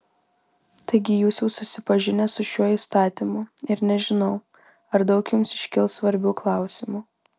taigi jūs jau susipažinę su šiuo įstatymu ir nežinau ar daug jums iškils svarbių klausimų